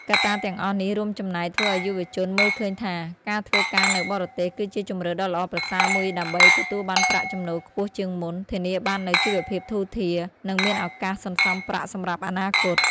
កត្តាទាំងអស់នេះរួមចំណែកធ្វើឱ្យយុវជនមើលឃើញថា ការធ្វើការនៅបរទេសគឺជាជម្រើសដ៏ល្អប្រសើរមួយដើម្បីទទួលបានប្រាក់ចំណូលខ្ពស់ជាងមុន ធានាបាននូវជីវភាពធូរធារ និងមានឱកាសសន្សំប្រាក់សម្រាប់អនាគត។